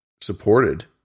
supported